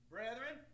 Brethren